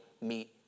meet